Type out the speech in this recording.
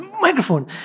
microphone